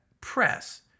press